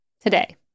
today